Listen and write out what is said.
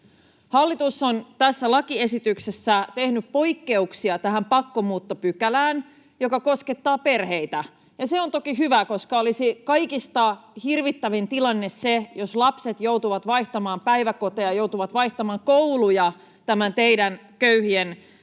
Hallitus on tässä lakiesityksessä tehnyt poikkeuksia tähän pakkomuuttopykälään, joka koskettaa perheitä, ja se on toki hyvä, koska olisi kaikista hirvittävin tilanne se, jos lapset joutuvat vaihtamaan päiväkoteja, joutuvat vaihtamaan kouluja tämän teidän köyhienkiusaamisesityksenne